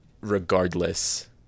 regardless